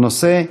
בנושא: